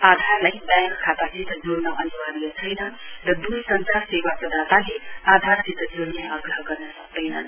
आधारलाई ब्याङ्क खातासित जोड़ने अनिवार्य छैन र दूरसंचार सैवा प्रदाताले आधारसित जोड़ने आग्रह गर्न सक्दैनन्